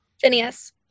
Phineas